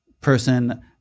person